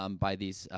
um by these, ah,